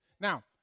Now